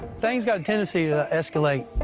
things got a tendency to escalate,